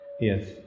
Yes